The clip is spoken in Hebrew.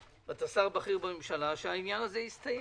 אתה שר בכיר בממשלה, שהעניין הזה יסתיים.